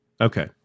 Okay